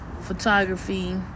photography